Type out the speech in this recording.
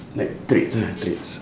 like traits ah traits